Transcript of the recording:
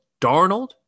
Darnold